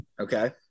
Okay